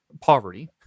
poverty